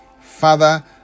father